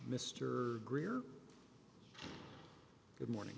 mr greer good morning